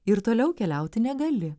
ir toliau keliauti negali